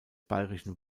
bayerischen